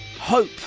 hope